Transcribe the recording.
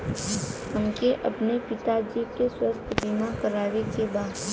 हमके अपने पिता जी के स्वास्थ्य बीमा करवावे के बा?